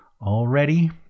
Already